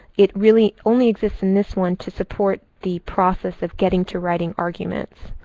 it really only exists in this one to support the process of getting to writing arguments.